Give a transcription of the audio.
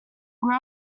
grew